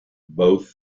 both